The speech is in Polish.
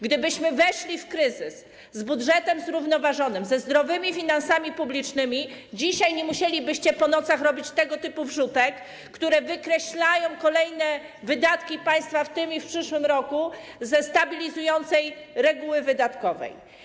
Gdybyśmy weszli w kryzys z budżetem zrównoważonym, ze zdrowymi finansami publicznymi, dzisiaj nie musielibyście po nocach robić tego typu wrzutek, które wykreślają kolejne wydatki państwa w tym i w przyszłym roku ze stabilizującej reguły wydatkowej.